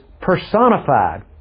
personified